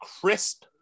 Crisp